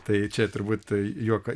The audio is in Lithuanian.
tai čia turbūt tai juoką